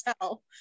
tell